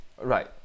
Right